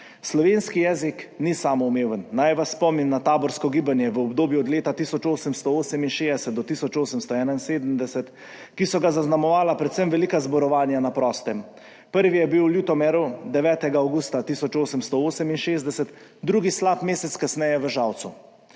Slovenski jezik ni samoumeven. Naj vas spomnim na taborsko gibanje v obdobju od leta 1868 do 1871, ki so ga zaznamovala predvsem velika zborovanja na prostem – prvi je bil v Ljutomeru 9. avgusta 1868, drugi slab mesec kasneje v Žalcu.